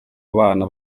abana